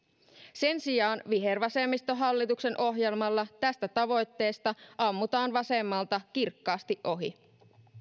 sen sijaan vihervasemmistohallituksen ohjelmalla tästä tavoitteesta ammutaan vasemmalta kirkkaasti ohi